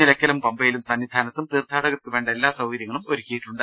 നിലക്കലും പമ്പയിലും സന്നിധാനത്തും തീർത്ഥാടകർക്കുവേണ്ട എല്ലാ സൌകര്യങ്ങളും ഒരുക്കിയിട്ടുണ്ട്